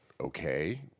okay